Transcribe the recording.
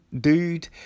dude